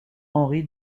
henri